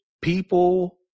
people